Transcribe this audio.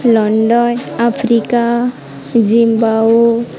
London Africa Zimbabwe